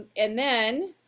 and then.